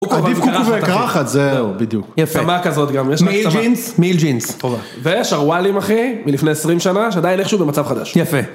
עדיף קוקו וקרחת זהו בדיוק, יפה.צמה כזאת, אני מעיל ג'ינס ושרואלים אחי מלפני 20 שנה שעדיין איכשהו במצב חדש יפה.